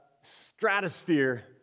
stratosphere